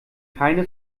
keine